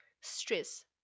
stress